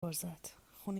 عرضت؛ خون